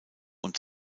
und